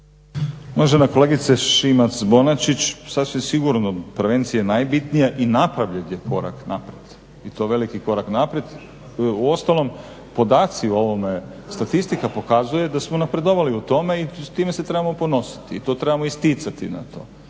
Uvažena kolegice Šimac-Bonačić, sasvim sigurno prevencija je najbitnija i napravljen je korak naprijed i to veliki korak naprijed. Uostalom, podaci o ovome, statistika pokazuje da smo napredovali u tome i s time se trebamo ponositi i to trebamo isticati na to.